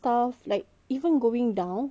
lah